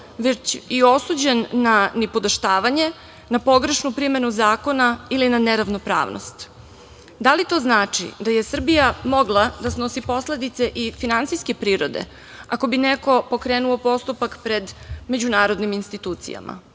već i osuđen na nipodaštavanje na pogrešnu primenu zakona ili na neravnopravnost? Da li to znači da je Srbija mogla da snosi posledice i finansijske prirode, ako bi neko pokrenuo postupak pred međunarodnim institucijama?